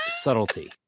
subtlety